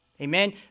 Amen